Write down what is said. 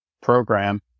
program